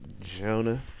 Jonah